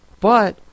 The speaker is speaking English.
But